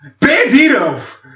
Bandito